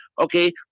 Okay